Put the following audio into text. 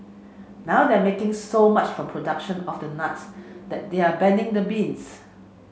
now they're making so much from production of the nuts that they're abandoning the beans